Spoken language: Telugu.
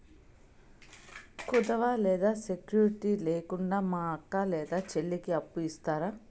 కుదువ లేదా సెక్యూరిటి లేకుండా మా అక్క లేదా చెల్లికి అప్పు ఇస్తారా?